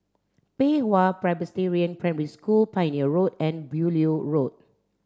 Pei Hwa Presbyterian Primary School Pioneer Road and Beaulieu Road